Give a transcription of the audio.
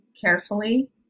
carefully